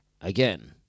Again